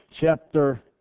chapter